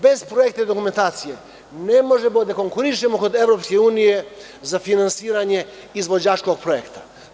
Bez projektnih dokumentacije ne možemo da konkurišemo kod EU za finansiranje izvođačkog projekta.